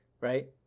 right